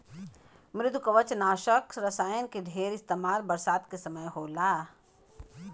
मृदुकवचनाशक रसायन के ढेर इस्तेमाल बरसात के समय होला